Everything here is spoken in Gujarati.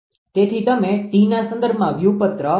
તેથી તમે t ના સંદર્ભમાં વ્યુત્પન્ન છે